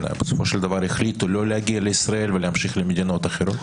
בסופו של דבר החליטו לא להגיע לישראל ולהמשיך למדינות אחרות?